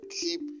keep